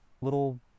little